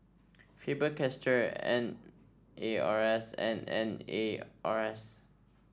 Faber Castell N A R S and N A R S